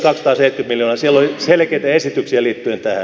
siellä oli selkeitä esityksiä liittyen tähän